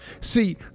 See